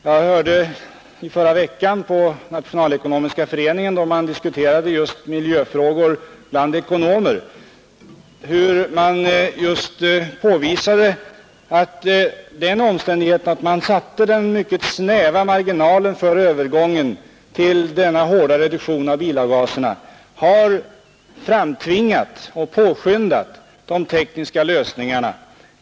Jag hörde i förra veckan på Nationalekonomiska föreningen, där experter diskuterade miljöfrågor, hur man kan påvisa att de snäva marginaler som satts upp i USA för reduktionen av bilgaserna, framtvingat och påskyndat de tekniska lösningarna.